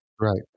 Right